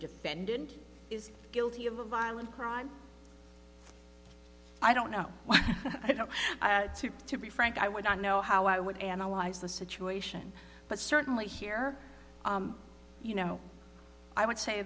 defendant is guilty of a violent crime i don't know what i know to be frank i wouldn't know how i would analyze the situation but certainly here you know i would say